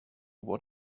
what